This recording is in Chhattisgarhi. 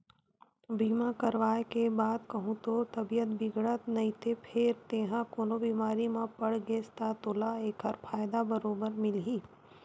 बीमा करवाय के बाद कहूँ तोर तबीयत बिगड़त नइते फेर तेंहा कोनो बेमारी म पड़ गेस ता तोला ऐकर फायदा बरोबर मिलही